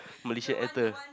Malaysia enter